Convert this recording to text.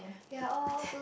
ya all